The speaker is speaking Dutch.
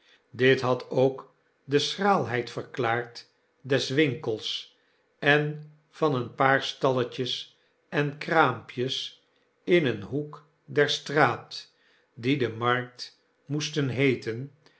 dit had ook de schraalheid verklaard der winkels en van een paar stalletjes en kraampjes in een hoek der straat die de markt moesten heeten